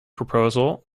proposal